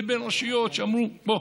לבין רשויות שאמרו: בוא,